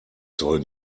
sollen